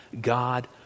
God